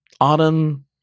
Autumn